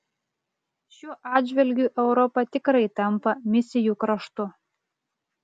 šiuo atžvilgiu europa tikrai tampa misijų kraštu